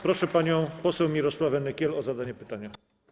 Proszę panią poseł Mirosławę Nykiel o zadanie pytania.